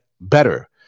better